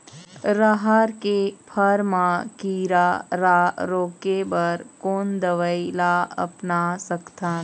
रहर के फर मा किरा रा रोके बर कोन दवई ला अपना सकथन?